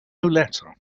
letter